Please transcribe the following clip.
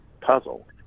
puzzle